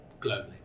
globally